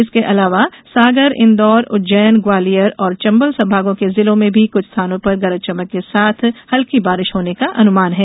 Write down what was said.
इसके अलावा सागर इंदौर उज्जैन ग्वालियर और चंबल संभागों के जिलों में भी कुछ स्थानों पर गरज चमक के साथ हल्की बारिष होने का अनुमान है